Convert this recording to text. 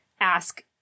ask